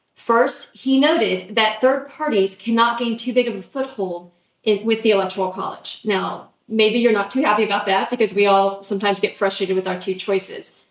first, he noted that third parties cannot gain too big a foothold with the electoral college. now, maybe you're not too happy about that because we all sometimes get frustrated with our two choices.